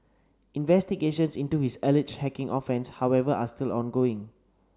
investigations into his alleged hacking offence however are still ongoing